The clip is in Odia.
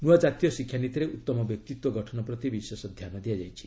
ନୂଆ ଜାତୀୟ ଶିକ୍ଷାନୀତିରେ ଉତ୍ତମ ବ୍ୟକ୍ତିତ୍ୱ ଗଠନ ପ୍ରତି ବିଶେଷ ଧ୍ୟାନ ଦିଆଯାଇଛି